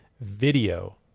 video